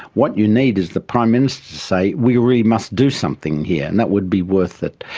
what you need is the prime minister to say, we really must do something here and that would be worth it.